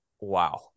Wow